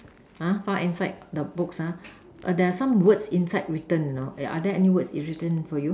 !huh! far end side the books ah err there are some words inside written you know are there any words is written for you